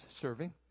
serving